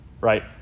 right